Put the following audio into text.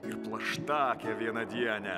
ir plaštakę vienadienę